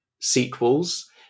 sequels